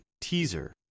teaser